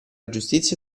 giustizia